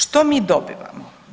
Što mi dobivamo?